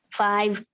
five